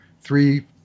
three